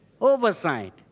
oversight